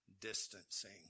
distancing